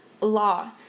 law